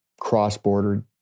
cross-border